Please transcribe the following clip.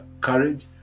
courage